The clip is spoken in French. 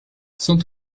cent